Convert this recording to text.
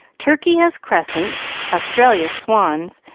turkey has crescents, australia swans,